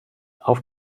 auf